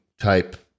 type